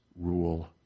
rule